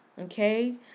okay